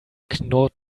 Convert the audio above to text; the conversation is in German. knurrt